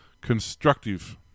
constructive